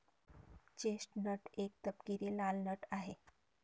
chestnut एक तपकिरी लाल नट आहे